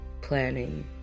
planning